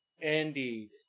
indeed